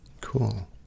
cool